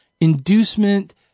inducement